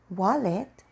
wallet